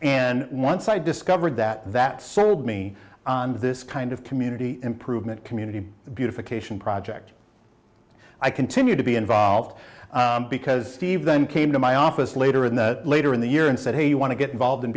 and once i discovered that that sold me on this kind of community improvement community beautification project i continued to be involved because then came to my office later in the later in the year and said hey you want to get involved and